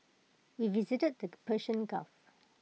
we visited the Persian gulf